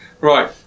Right